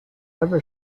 ever